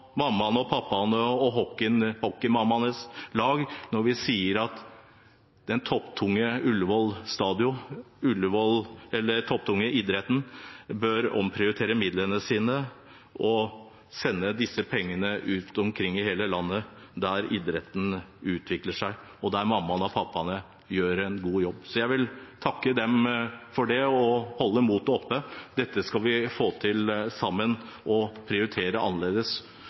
mammaene og pappaene og hockeymammaenes lag når vi sier at det topptunge Ullevaal stadion, eller den topptunge idretten, bør omprioritere midlene sine og sende disse pengene ut omkring i hele landet, der idretten utvikler seg, og der mammaene og pappaene gjør en god jobb. Så jeg vil takke dem for det og holde motet oppe. Dette skal vi få til sammen og prioritere annerledes.